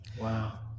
Wow